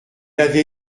avait